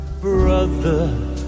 brother